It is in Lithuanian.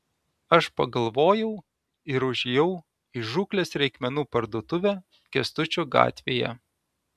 aš pagalvojau ir užėjau į žūklės reikmenų parduotuvę kęstučio gatvėje